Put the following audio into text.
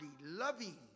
loving